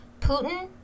Putin